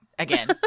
Again